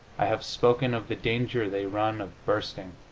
i have spoken of the danger they run of bursting.